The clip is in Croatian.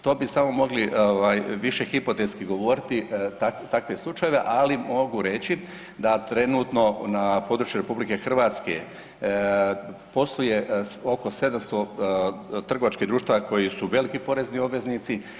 To bi samo mogli više hipotetski govoriti takve slučajeve, ali mogu reći da trenutno na području RH posluje oko 700 trgovačkih društava koji su veliki porezni obveznici.